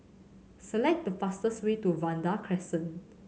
select the fastest way to Vanda Crescent